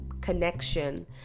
connection